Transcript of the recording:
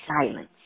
silence